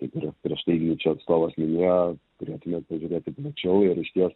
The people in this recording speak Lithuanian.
kaip ir prieš tai igničio atstovas minėjo turėtume pažiūrėti plačiau ir išties